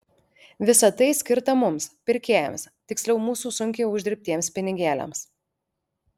visa tai skirta mums pirkėjams tiksliau mūsų sunkiai uždirbtiems pinigėliams